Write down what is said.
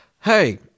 hey